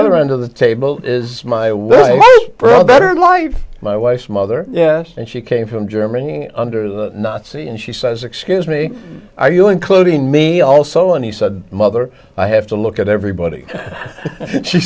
other end of the table is my wish for a better life my wife's mother d and she came from germany under the nazis and she says excuse me are you including me also and he said mother i have to look at everybody she